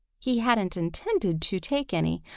he hadn't intended to take any,